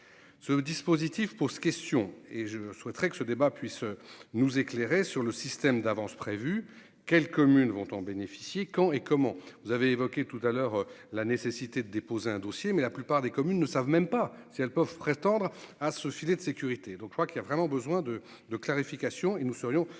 ce dispositif pour ce question et je souhaiterais que ce débat puisse nous éclairer sur le système d'avance prévu quelles communes vont en bénéficier, quand et comment vous avez évoqué tout à l'heure, la nécessité de déposer un dossier, mais la plupart des communes ne savent même pas si elles peuvent prétendre à ce filet de sécurité, donc je crois qu'il y a vraiment besoin de de clarification et nous serions très